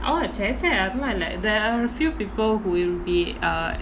ah சேச்சே அதுலா இல்ல:cheche athulaa illa there are a few people who will be err